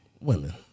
women